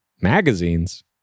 Magazines